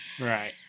right